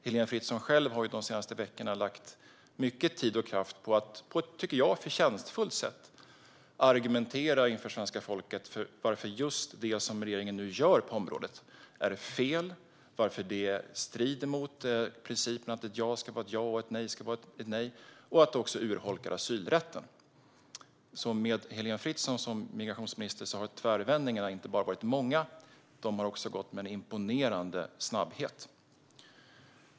Heléne Fritzon själv har ju de senaste veckorna lagt mycket tid och kraft på att på ett, tycker jag, förtjänstfullt sätt argumentera inför svenska folket varför just det som regeringen nu gör på området är fel, varför det strider mot principen att ett ja ska vara ett ja och ett nej ett nej och att det också urholkar asylrätten. Med Heléne Fritzon som migrationsminister har tvärvändningarna inte bara varit många. De har också gått imponerande snabbt.